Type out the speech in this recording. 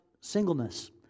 singleness